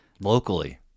Locally